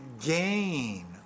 gain